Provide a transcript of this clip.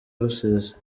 rusizi